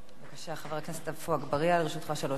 בבקשה, חבר הכנסת עפו אגבאריה, לרשותך שלוש דקות.